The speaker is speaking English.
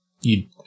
You-